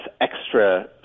extra